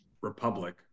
Republic